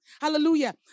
Hallelujah